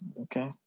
okay